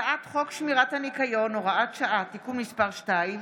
הצעת חוק שמירת הניקיון (הוראת שעה) (תיקון מס' 2),